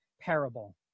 parable